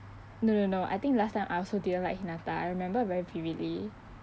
no no no I think last time I also didn't like hinata I remember very vividly